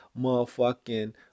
motherfucking